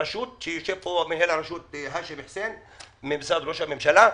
מנהל הרשות יושב פה, האשם חסין ממשרד ראש הממשלה.